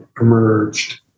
emerged